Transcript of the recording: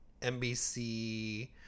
NBC